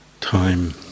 time